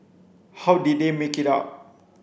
how did they make it up